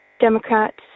Democrats